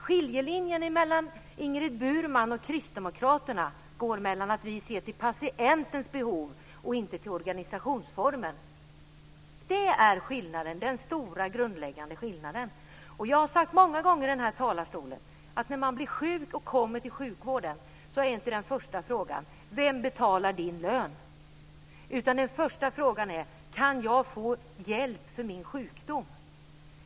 Skillnaden mellan Ingrid Burman och kristdemokraterna är att vi ser till patientens behov och inte till organisationsformen. Det är den grundläggande skillnaden. Jag har många gånger i denna talarstol sagt att den första frågan man ställer när man blir sjuk och kommer till sjukvården inte är: Vem betalar din lön? Den första frågan är: Kan jag få hjälp för min sjukdom?